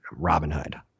Robinhood